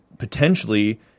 potentially